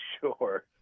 Sure